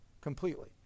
Completely